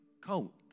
coat